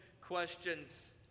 questions